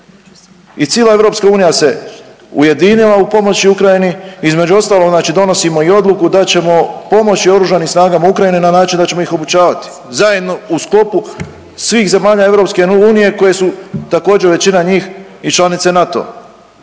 I cila EU se ujedinila u pomoći u Ukrajini, između ostalog znači donosimo i odluku da ćemo pomoći oružanim snagama Ukrajine na način da ćemo ih obučavati, zajedno u sklopu svih zemalja EU koje su također većina njih i članice NATO-a.